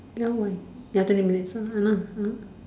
ya what ya twenty minutes ah !hanna! ah